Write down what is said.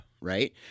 right